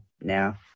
now